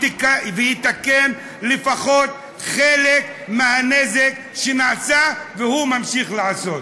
ויתקן לפחות חלק מהנזק שנעשה והוא ממשיך לעשות.